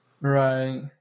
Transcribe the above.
Right